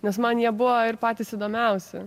nes man jie buvo ir patys įdomiausi